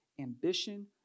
ambition